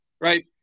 right